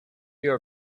your